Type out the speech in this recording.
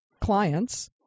clients